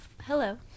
hello